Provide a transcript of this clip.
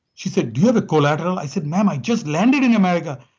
she said, do you have a collateral? i said, ma'am, i just landed in america.